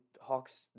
Hawks